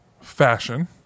fashion